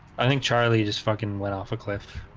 i think charlie just fucking went off a cliff.